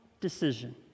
decision